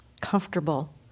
comfortable